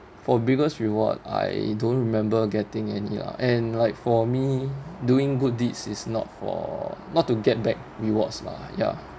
for biggest reward I don't remember getting any lah and like for me doing good deeds is not for not to get back rewards lah ya